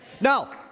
Now